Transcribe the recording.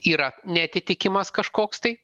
yra neatitikimas kažkoks tai